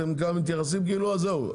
אתם מתייחסים כאילו זהו.